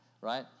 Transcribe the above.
right